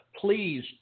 please